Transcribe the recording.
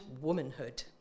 womanhood